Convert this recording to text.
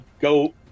go